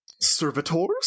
servitors